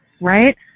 Right